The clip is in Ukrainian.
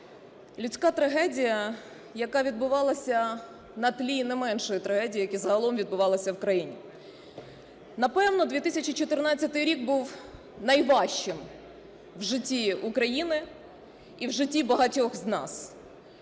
Людська трагедія, яка відбувалася на тлі не меншої трагедії, яка загалом відбувалася в країні. Напевно, 2014 рік був найважчим в житті України і в житті багатьох з нас.